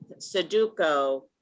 Sudoku